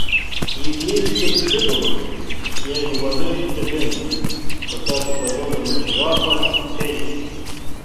ji klyks kaip žudoma jeigu pamiršite benį pasakė paduodama žirafą džeinei